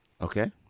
Okay